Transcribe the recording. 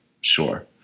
sure